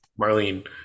marlene